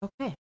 Okay